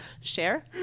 Share